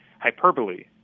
hyperbole